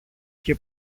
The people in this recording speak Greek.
και